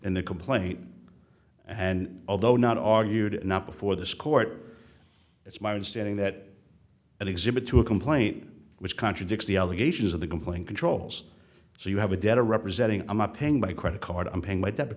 in the complaint and although not argued not before this court it's my understanding that at exhibit two a complaint which contradicts the allegations of the complaint controls so you have a debtor representing i'm not paying by credit card i'm paying my debit